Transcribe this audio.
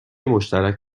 مشترک